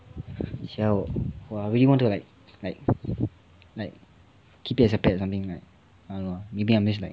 是啊 !wah! I really want to like like like keep it as a pet or something like ya lah maybe I'm just like